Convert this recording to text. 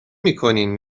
میکنین